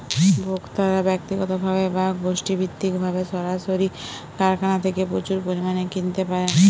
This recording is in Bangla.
ভোক্তারা ব্যক্তিগতভাবে বা গোষ্ঠীভিত্তিকভাবে সরাসরি কারখানা থেকে প্রচুর পরিমাণে কিনতে পারেন